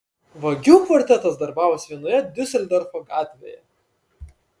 vagių kvartetas darbavosi vienoje diuseldorfo gatvėje